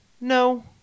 no